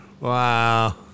Wow